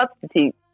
substitute